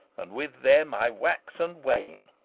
and with them i wax and wane.